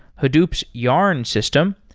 hadoop's yarn system,